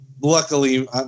luckily